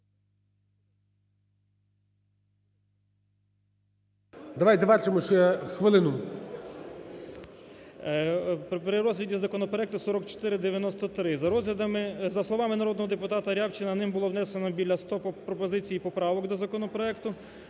При розгляді законопроекту 4493 за розглядами… за словами народного депутата Рябчина ним було внесено біля ста пропозицій і поправок до законопроекту,